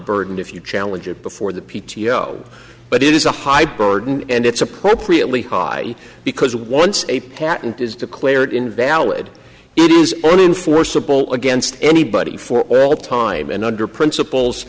burden if you challenge it before the p t o but it is a high burden and it's appropriately high because once a patent is declared invalid it is only enforceable against anybody for all time and under principles